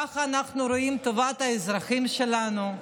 ככה אנחנו רואים את טובת האזרחים שלנו?